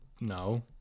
No